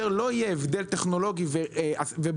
יותר לא יהיה הבדל טכנולוגי בהיבטי